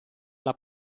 alla